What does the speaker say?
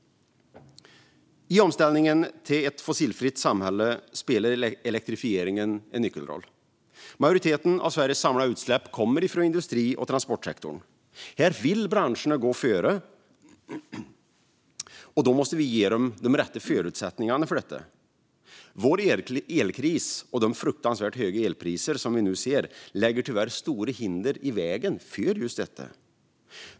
I omställningen till ett fossilfritt samhälle spelar elektrifieringen en nyckelroll. Majoriteten av Sveriges samlade utsläpp kommer från industri och transportsektorn. Här vill branscherna gå före, och då måste vi ge dem de rätta förutsättningarna för detta. Vår elkris och de fruktansvärt höga elpriser vi nu ser lägger tyvärr stora hinder i vägen för detta.